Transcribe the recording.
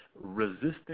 resistant